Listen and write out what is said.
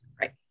Right